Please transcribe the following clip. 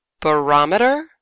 barometer